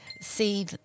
see